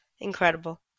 Incredible